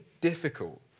difficult